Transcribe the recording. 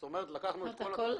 זאת אומרת, לקחנו את כל התרחישים.